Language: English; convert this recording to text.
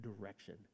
direction